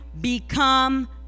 become